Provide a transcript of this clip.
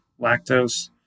lactose